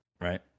Right